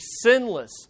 sinless